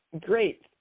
Great